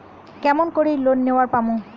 কেমন করি লোন নেওয়ার পামু?